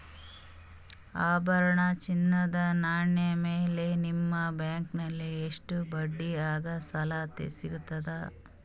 ಆಭರಣ, ಚಿನ್ನದ ನಾಣ್ಯ ಮೇಲ್ ನಿಮ್ಮ ಬ್ಯಾಂಕಲ್ಲಿ ಎಷ್ಟ ಬಡ್ಡಿ ಹಂಗ ಸಾಲ ಸಿಗತದ?